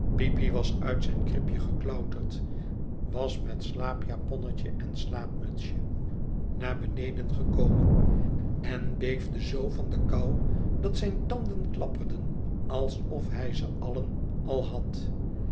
peepy was uit zijn kribje geklouterd was met slaapjaponnetje en slaapmutsje naar beneden gekomen en beefde zoo van de kou dat zijne tanden klapperden alsof hij ze allen al had